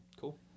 Cool